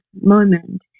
moment